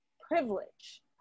privilege